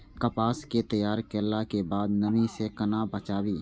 कपास के तैयार कैला कै बाद नमी से केना बचाबी?